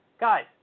Guys